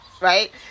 right